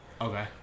Okay